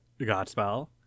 Godspell